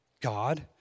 God